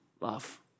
love